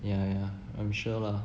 yeah yeah I'm sure lah